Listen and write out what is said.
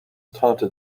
taunted